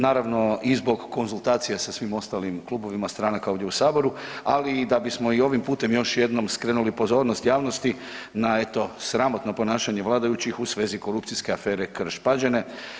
Naravno i zbog konzultacija sa svim ostalim klubovima stranaka ovdje u Saboru, ali i da bismo ovim putem još jednom skrenuli pozornost javnosti, na eto, sramotno ponašanje vladajućih u svezi korupcijske afere Krš-Pađene.